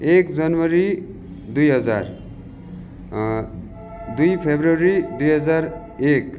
एक जनवरी दुई हजार दुई फरवरी दुई हजार एक